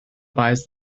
buys